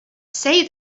say